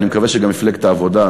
ואני מקווה שגם מפלגת העבודה,